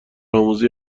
آموزی